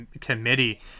committee